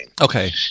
Okay